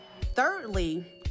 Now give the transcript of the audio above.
Thirdly